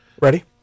Ready